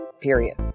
Period